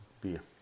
beer